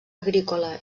agrícola